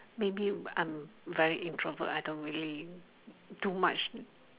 maybe I'm very introvert I don't really do much